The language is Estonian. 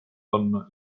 panna